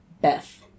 Beth